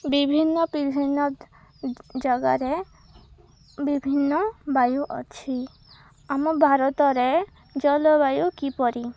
ବିଭିନ୍ନ ବିଭିନ୍ନ ଜାଗାରେ ବିଭିନ୍ନ ବାୟୁ ଅଛି ଆମ ଭାରତରେ ଜଳବାୟୁ କିପରି